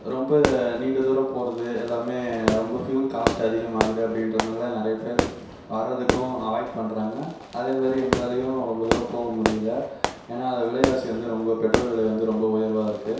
ரொம்ப நீண்ட தூரம் போகிறது எல்லாமே ரொம்ப ஃபியூல் காஸ்ட் அதிகமாகுது அப்படிங்றதனால நிறைய பேர் வரதுக்கும் அவாய்ட் பண்ணுறாங்க அதே மாதிரி எங்களாலேயும் ரொம்ப தூரம் போக முடியலை ஏன்னால் விலைவாசி வந்து ரொம்ப பெட்ரோல் விலை வந்து ரொம்ப உயர்வாக இருக்குது